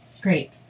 Great